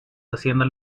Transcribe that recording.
haciendas